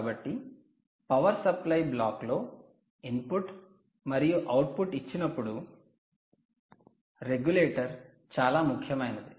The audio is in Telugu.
కాబట్టి పవర్ సప్లై బ్లాక్లో ఇన్పుట్ మరియు అవుట్పుట్ ఇచ్చినప్పుడు రెగ్యులేటర్ చాలా ముఖ్యమైనది